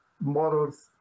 models